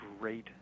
great